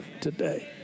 today